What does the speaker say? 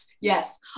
Yes